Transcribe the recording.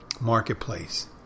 marketplace